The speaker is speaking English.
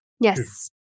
yes